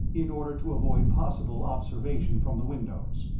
in order to avoid possible observation from the windows.